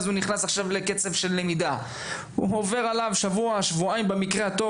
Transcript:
אז הוא נכנס עכשיו לקצב של למידה; עוברים עליו שבוע-שבועיים במקרה הטוב